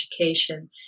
education